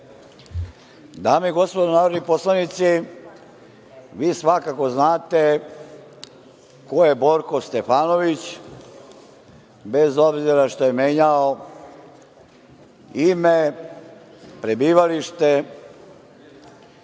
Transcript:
Dame i gospodo narodni poslanici, vi svakako znate ko je Borko Stefanović, bez obzira što je menjao ime, prebivalište,